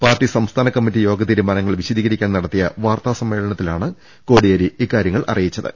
party സംസ്ഥാന committee യോഗ തീരുമാനങ്ങൾ വിശദീകരി ക്കാൻ നടത്തിയ വാർത്താ സമ്മേളനത്തിലാണ് കോടിയേരി ഇക്കാര്യം അറിയിച്ചത്